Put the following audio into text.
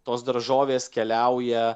tos daržovės keliauja